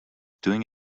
doing